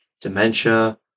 Dementia